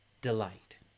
delight